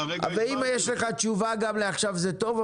אם יש לך תשובה גם לעכשיו זה טוב,